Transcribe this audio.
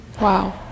Wow